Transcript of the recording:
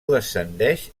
descendeix